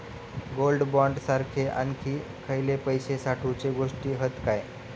Gold bond सारखे आणखी खयले पैशे साठवूचे गोष्टी हत काय?